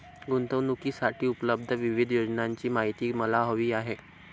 गुंतवणूकीसाठी उपलब्ध विविध योजनांची माहिती मला हवी आहे